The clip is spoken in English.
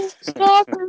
Stop